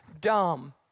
Dumb